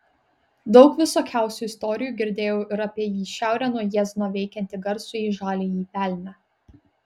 daug visokiausių istorijų girdėjau ir apie į šiaurę nuo jiezno veikiantį garsųjį žaliąjį velnią